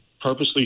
purposely